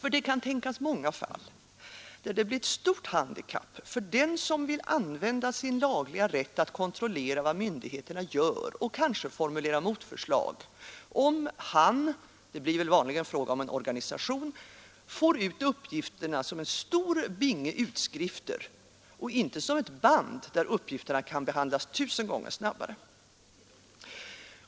Ty det kan tänkas många fall, där det blir ett stort handikapp för den som vill använda sin lagliga rätt att kontrollera vad myndigheterna gör och kanske formulera motförslag, om han — det blir väl vanligen fråga om en organisation — får ut uppgifterna som en stor binge utskrifter och inte som ett band där uppgifterna kan behandlas tusen gånger snabbare.